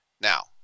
Now